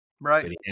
Right